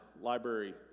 library